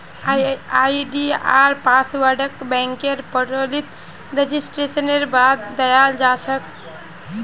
आई.डी.आर पासवर्डके बैंकेर पोर्टलत रेजिस्ट्रेशनेर बाद दयाल जा छेक